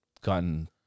gotten